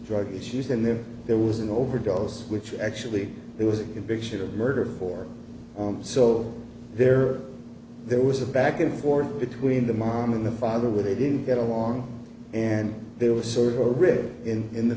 drug issues and then there was an overdose which actually there was a conviction of murder for so there there was a back and forth between the mom and the father were they didn't get along and there was sort of a grid in